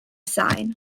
sine